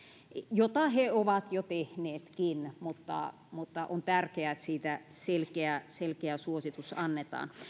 mitä he ovat jo tehneetkin mutta mutta on tärkeää että siitä selkeä selkeä suositus annetaan